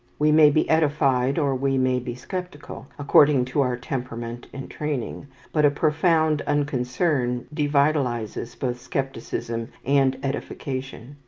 we may be edified or we may be sceptical, according to our temperament and training but a profound unconcern devitalizes both scepticism and edification.